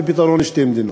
בפתרון לשתי מדינות.